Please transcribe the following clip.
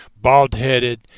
bald-headed